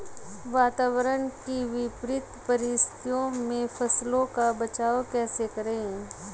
वातावरण की विपरीत परिस्थितियों में फसलों का बचाव कैसे करें?